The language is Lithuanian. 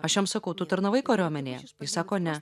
aš jam sakau tu tarnavai kariuomenėje jis sako ne